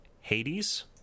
Hades